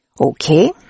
Okay